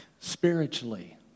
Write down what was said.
spiritually